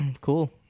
Cool